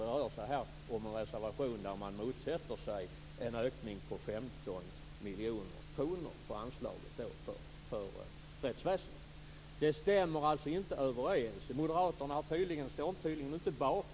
Det rör sig här om en reservation där man motsätter sig en ökning på 15 miljoner kronor av anslaget för rättsväsendet. Detta stämmer alltså inte. Moderaterna står tydligen inte bakom detta.